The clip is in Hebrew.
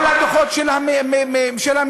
כל הדוחות של הממשלה,